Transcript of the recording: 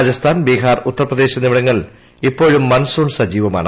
രാജസ്ഥാൻ ബിഹാർ ഉത്തർപ്രദേശ് എന്നിവിടങ്ങളിൽ ഇപ്പോഴും മൺസൂൺ സജീവമാണ്